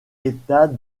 état